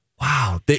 wow